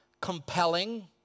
compelling